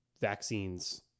vaccines